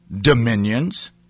dominions